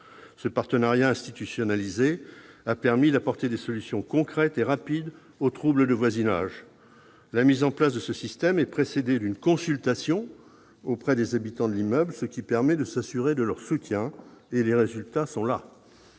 Ce partenariat institutionnalisé a permis d'apporter des solutions concrètes et rapides aux troubles de voisinage. La mise en place de ce système est précédée d'une consultation auprès des habitants de l'immeuble, ce qui permet de s'assurer de leur soutien. Et les résultats sont là